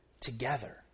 together